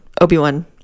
Obi-Wan